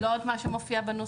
לא את מה שמופיע בנוסח?